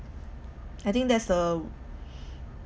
I think that's the